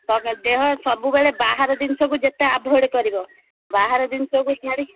ଦେହ ସବୁବେଳେ ବାହାର ଜିନିଷକୁ ଯେତେ ଆଭଏଡ୍ କରିବ ବାହାର ଜିନିଷକୁ ଛାଡ଼ିକି